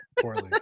poorly